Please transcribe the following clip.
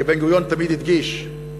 כי בן-גוריון תמיד הדגיש,